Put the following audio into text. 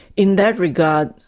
in that regard,